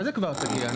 מה זה "כבר תגיע"?